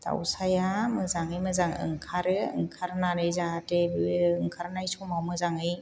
दावसाया मोजाङै मोजां ओंखारो ओंखारनानै जाहाथे बे ओंखारनाय समाव मोजाङै